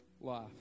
Life